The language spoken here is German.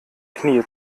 knie